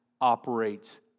operates